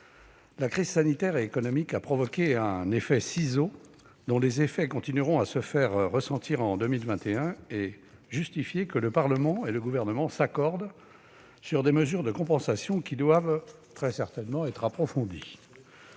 La crise sanitaire et économique a provoqué un effet ciseaux qui continuera de se faire sentir en 2021 et qui a justifié que le Parlement et le Gouvernement s'accordent sur des mesures de compensation, lesquelles doivent très certainement être approfondies.